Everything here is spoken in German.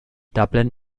dublin